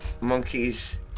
monkeys